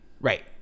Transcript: Right